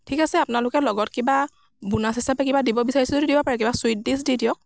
ঠিক আছে আপোনালোকে লগত কিবা বোনাছ হিচাপে কিবা দিব বিচাৰিছে যদি দিব পাৰে কিবা চুইট ডিচ দি দিয়ক